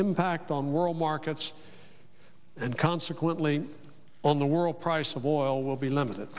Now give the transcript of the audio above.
impact on world markets and consequently on the world price of oil will be limited